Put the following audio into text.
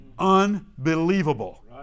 unbelievable